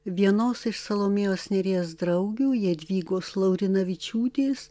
vienos iš salomėjos nėries draugių jadvygos laurinavičiūtės